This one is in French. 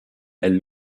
elle